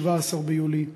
17 ביולי,